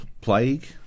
Plague